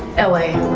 l a.